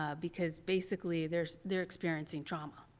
ah because basically they're they're experiencing trauma.